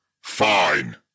fine